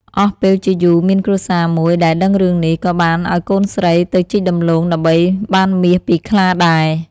អស់ពេលជាយូរមានគ្រួសារមួយដែលដឹងរឿងនេះ ក៏បានឲ្យកូនស្រីទៅជីកដំឡូងដើម្បីបានមាសពីខ្លាដែរ។